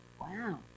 Wow